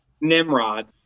Nimrod